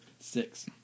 Six